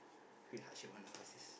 pick heart shape one lah what's this